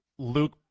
Luke